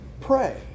pray